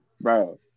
Bro